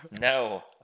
No